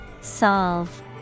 Solve